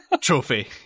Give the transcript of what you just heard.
trophy